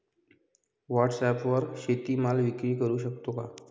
व्हॉटसॲपवर शेती माल विक्री करु शकतो का?